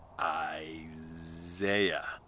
Isaiah